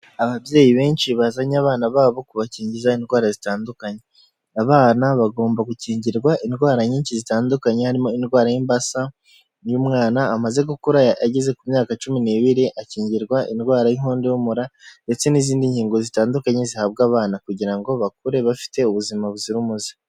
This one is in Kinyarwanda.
Ababyeyi benshi bazanye abana babo kubakingiza indwara zitandukanye, abana bagomba gukingirwa indwara nyinshi zitandukanye harimo indwara y'imbasa, iyo umwana amaze gukura ageze ku myaka cumi n'ibiri akingirwa indwara y'inkondo y'umura ndetse n'izindi nkingo zitandukanye zihabwa abana kugira ngo bakure bafite ubuzima buzira umuze.